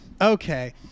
Okay